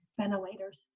ventilators